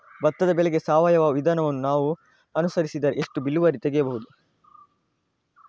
ಭತ್ತದ ಬೆಳೆಗೆ ಸಾವಯವ ವಿಧಾನವನ್ನು ನಾವು ಅನುಸರಿಸಿದರೆ ಎಷ್ಟು ಇಳುವರಿಯನ್ನು ತೆಗೆಯಬಹುದು?